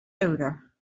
odor